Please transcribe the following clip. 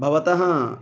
भवतः